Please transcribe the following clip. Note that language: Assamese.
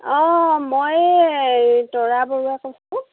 অঁ মই তৰা বৰুৱা কৈছোঁ